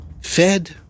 fed